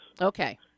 Okay